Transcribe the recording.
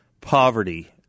poverty